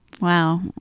Wow